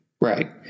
Right